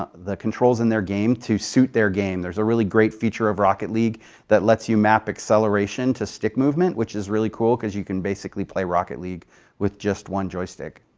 the controls in their game to suit their game. there's a really great feature of rocket league that lets you map acceleration to stick movement, which is really cool, because you can basically play rocket league with just one joystick.